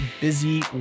busy